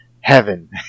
heaven